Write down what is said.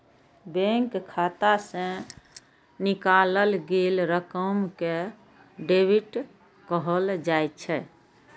bank खाता सं निकालल गेल रकम कें डेबिट कहल जाइ छै